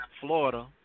Florida